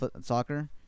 soccer